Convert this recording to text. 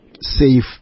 safe